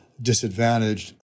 disadvantaged